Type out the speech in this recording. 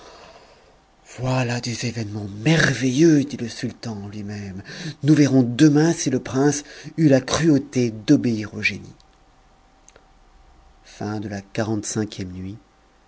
voilà des événements merveilleux dit le sultan en lui-même nous verrons demain si le prince eut la cruauté d'obéir au génie xlvi nuit sur la fin de la nuit